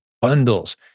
Bundles